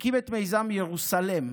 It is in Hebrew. הקים את מיזם ירוסלם.